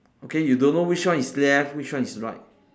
okay you don't know which one is left which one is right